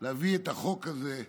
להביא את החוק הזה.